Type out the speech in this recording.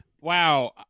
Wow